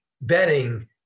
betting